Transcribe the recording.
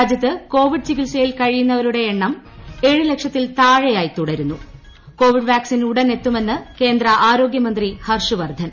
രാജ്യത്ത് കോവിഡ് പ്ലികിത്സയിൽ കഴിയുന്നവരുടെ എണ്ണം ന് ഏഴു ലക്ഷത്തിൽ താഴെയായി തുടരുന്നു കോവിഡ് വാക്സിൻ ഉടൻ എത്തുമെന്ന് കേന്ദ്ര ആരോഗൃമന്ത്രി ഹർഷ് വർദ്ധൻ